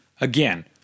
Again